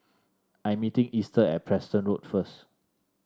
I am meeting Easter at Preston Road first